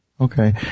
okay